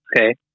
okay